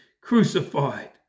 crucified